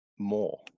more